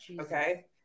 Okay